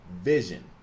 Vision